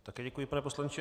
Také děkuji, pane poslanče.